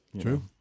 True